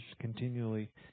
continually